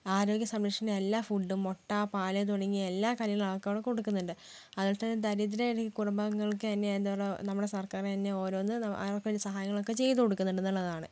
ആരോഗ്യ സംരക്ഷണം എല്ലാ ഫുഡും മുട്ട പാല് തുടങ്ങി എല്ലാ കാര്യങ്ങളും അവർക്കവിടെ കൊടുക്കുന്നുണ്ട് അതുപോലെതന്നെ ദരിദ്ര കുടുംബങ്ങൾക്ക് തന്നെ എന്തെല്ലാമോ നമ്മുടെ സർക്കാര് തന്നെ ഓരോന്ന് അവർക്ക് വേണ്ടി സഹായങ്ങളൊക്കെ ചെയ്തു കൊടുക്കുന്നുണ്ടെന്നുള്ളതാണ്